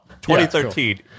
2013